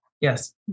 Yes